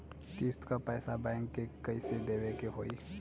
किस्त क पैसा बैंक के कइसे देवे के होई?